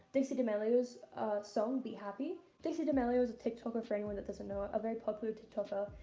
dixie d'amelio's ah song be happy. dixie d'amelio is a tik toker for anyone that doesn't know, ah a very popular tik toker,